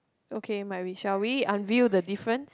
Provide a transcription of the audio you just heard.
okay my wish shall we unveil the difference